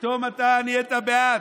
פתאום אתה נהיית בעד,